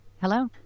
Hello